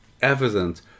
evident